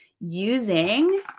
using